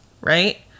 right